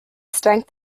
strength